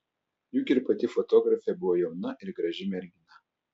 juk ir pati fotografė buvo jauna ir graži mergina